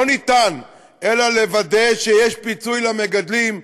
לא ניתן אלא לוודא שיש פיצוי למגדלים,